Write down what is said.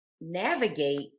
navigate